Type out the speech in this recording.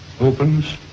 opens